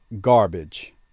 garbage